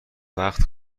وقت